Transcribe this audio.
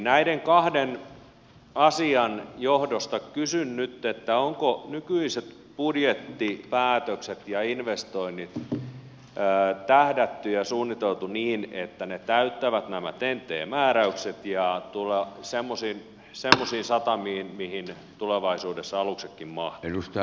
näiden kahden asian johdosta kysyn nyt onko nykyiset budjettipäätökset ja investoinnit tähdätty ja suunniteltu niin että ne täyttävät nämä ten t määräykset ja tulevat semmoisiin satamiin joihin tulevaisuudessa aluksetkin mahtuvat